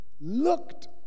looked